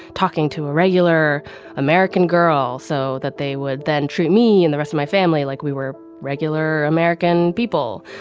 talking to a regular american girl so that they would then treat me and the rest of my family like we were regular american people.